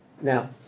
Now